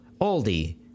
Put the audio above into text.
Aldi